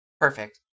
Perfect